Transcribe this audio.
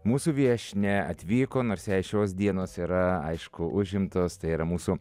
mūsų viešnia atvyko nors jai šios dienos yra aišku užimtos tai yra mūsų